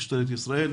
משטרת ישראל,